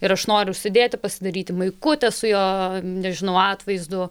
ir aš noriu užsidėti pasidaryti maikutę su jo nežinau atvaizdu